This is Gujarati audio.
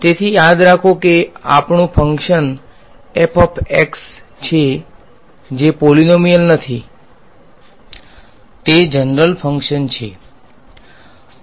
તેથી યાદ રાખો કે આપણું ફંકશન્સ છે જે પોલીનોમીયલ નથી તે જનરલ ફંકશન્સ છે